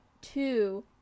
two